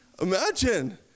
imagine